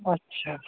اچھا